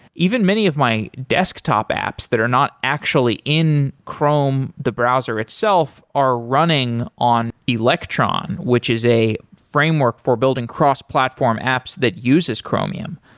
even many of my desktop apps that are not actually in chrome the browser itself are running on electron, which is a framework for building cross-platform apps that uses chromium.